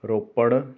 Ropar